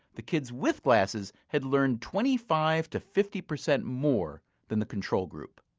the kids with glasses had learned twenty five to fifty percent more than the control group.